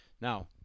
Now